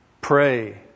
Pray